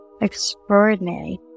extraordinary